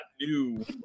new